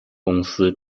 公司